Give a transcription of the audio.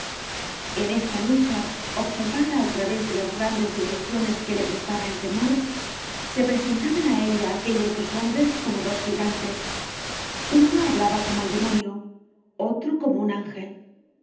en esta lucha observada al través de las grandes dimensiones que le prestaba el temor se presentaban á ella aquellos dos hombres como dos gigantes uno hablaba como el demonio otro como un ángel el